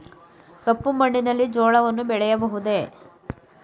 ಕಪ್ಪು ಮಣ್ಣಿನಲ್ಲಿ ಜೋಳವನ್ನು ಬೆಳೆಯಬಹುದೇ?